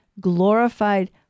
glorified